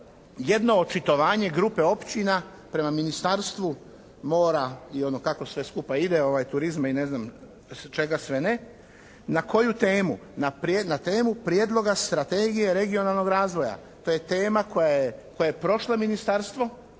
jedno očitovanje grupe općina prema ministarstvu mora i ono kako sve to skupa ide, turizma i ne znam čega sve ne, na koju temu, na temu prijedloga strategije regionalnog razvoja. To je tema koja je prošla ministarstvo,